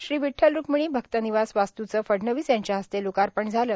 श्री विद्वल रुक्मिणी भक्त निवास वास्तूचं फडणवीस यांच्या हस्ते लोकार्पण झालं